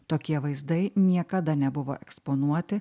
tokie vaizdai niekada nebuvo eksponuoti